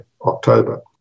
October